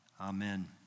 Amen